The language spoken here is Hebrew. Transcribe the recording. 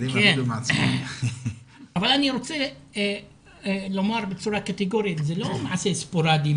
אני רוצה לומר בצורה קטגורית: זה לא מעשה ספוראדי,